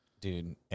Dude